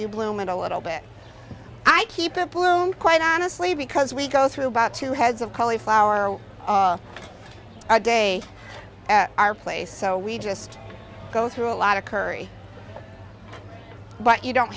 you bloom and a little bit i keep a blooming quite honestly because we go through about two heads of cauliflower a day at our place so we just go through a lot of curry but you don't